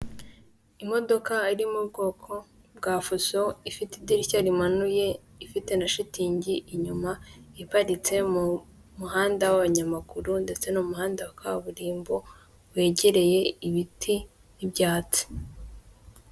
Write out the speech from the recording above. Imodoka iri mu bwoko bwa fuso ifite idirishya rimanuye ifite na shitingi inyuma iparitse mu muhanda w'abanyamaguru ndetse n'umuhanda wa kaburimbo wegereye ibiti n'ibyatsi.